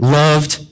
loved